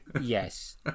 Yes